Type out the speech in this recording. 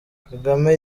kagame